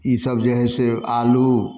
ईसब जे हइ से आलू